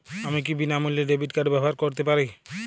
আমি কি বিনামূল্যে ডেবিট কার্ড ব্যাবহার করতে পারি?